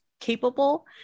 capable